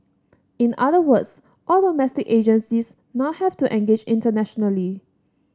in other words all domestic agencies now have to engage internationally